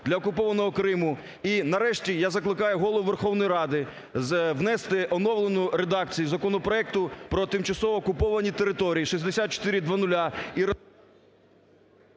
для окупованого Криму. І нарешті, я закликаю Голову Верховної Ради внести оновлену редакцію законопроекту про тимчасово окуповані території 6400.